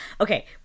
Okay